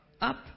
Up